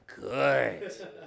good